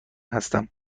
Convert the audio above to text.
هستم